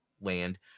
land